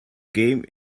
game